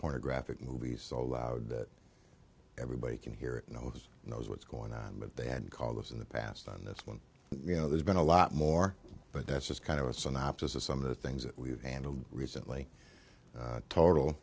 pornographic movies so loud that everybody can hear it and i was knows what's going on but they had called us in the past on this one you know there's been a lot more but that's just kind of a synopsis of some of the things that we've handled recently total